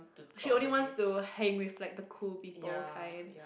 surely wants to hang with like the cool people kind